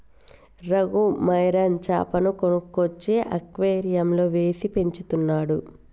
Raghu marine చాపను కొనుక్కొచ్చి అక్వేరియంలో వేసి పెంచుతున్నాడు